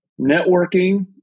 networking